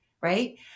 right